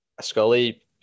Scully